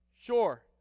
Sure